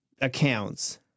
accounts